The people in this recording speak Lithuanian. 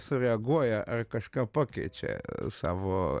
sureaguoja ar kažką pakeičia savo